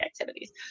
activities